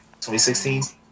2016